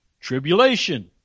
tribulation